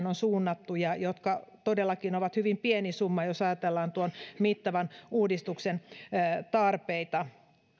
on suunnattu sote uudistukseen ja jotka todellakin ovat hyvin pieni summa jos ajatellaan tuon mittavan uudistuksen tarpeita